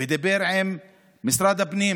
ודיבר עם משרד הפנים